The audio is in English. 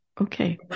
Okay